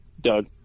Doug